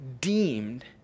deemed